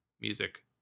Music